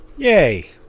Yay